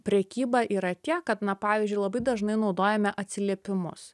prekybą yra tie kad na pavyzdžiui labai dažnai naudojame atsiliepimus